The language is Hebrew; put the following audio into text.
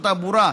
השחורה?